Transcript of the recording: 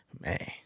Man